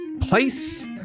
place